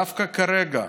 דווקא כרגע,